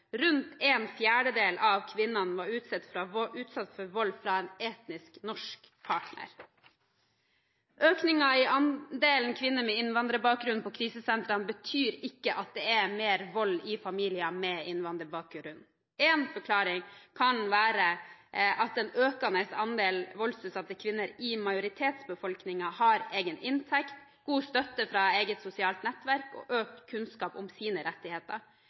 rundt en fjerdedel av kvinnene var utsatt for vold fra en etnisk norsk partner. Økningen i andelen kvinner med innvandrerbakgrunn på krisesentrene betyr ikke at det er mer vold i familier med innvandrerbakgrunn. En forklaring kan være at en økende andel voldsutsatte kvinner i majoritetsbefolkningen har egen inntekt, god støtte fra eget sosialt nettverk og økt kunnskap om sine rettigheter.